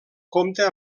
compta